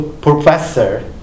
professor